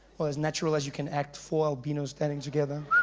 or as natural as you can act, four albino's standing together.